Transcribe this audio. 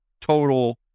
total